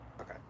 Okay